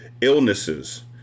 illnesses